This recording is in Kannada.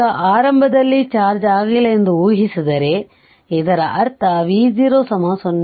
ಈಗ ಆರಂಭದಲ್ಲಿ ಚಾರ್ಜ್ ಆಗಿಲ್ಲ ಎಂದು ಊಹಿಸಿದರೆ ಇದರರ್ಥ V0 0